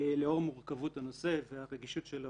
לאור מורכבות הנושא והרגישות שלו,